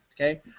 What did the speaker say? Okay